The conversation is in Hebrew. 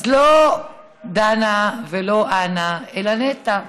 אז לא דנה ולא אנה אלא נת"ע.